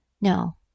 No